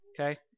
Okay